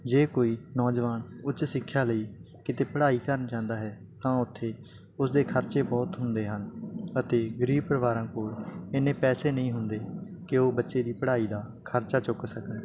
ਜੇ ਕੋਈ ਨੌਜਵਾਨ ਉੱਚ ਸਿੱਖਿਆ ਲਈ ਕਿਤੇ ਪੜ੍ਹਾਈ ਕਰਨ ਜਾਂਦਾ ਹੈ ਤਾਂ ਉੱਥੇ ਉਸਦੇ ਖਰਚੇ ਬਹੁਤ ਹੁੰਦੇ ਹਨ ਅਤੇ ਗਰੀਬ ਪਰਿਵਾਰਾਂ ਕੋਲ ਇੰਨੇ ਪੈਸੇ ਨਹੀਂ ਹੁੰਦੇ ਕਿ ਉਹ ਬੱਚੇ ਦੀ ਪੜ੍ਹਾਈ ਦਾ ਖਰਚਾ ਚੁੱਕ ਸਕਣ